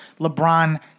LeBron